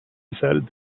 decided